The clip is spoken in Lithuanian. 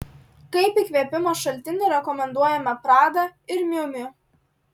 kaip įkvėpimo šaltinį rekomenduojame prada ir miu miu